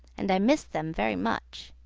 and i missed them very much.